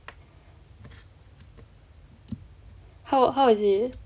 how how is it